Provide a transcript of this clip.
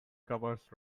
covers